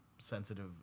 Sensitive